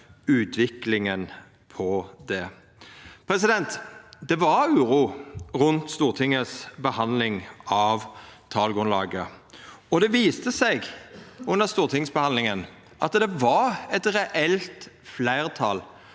utviklinga av ho. Det var uro rundt Stortingets behandling av talgrunnlaget, og det viste seg under stortingsbehandlinga at det var eit reelt fleirtal